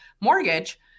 mortgage